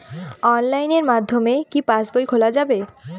অনলাইনের মাধ্যমে কি পাসবই খোলা যাবে?